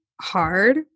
hard